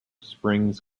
springs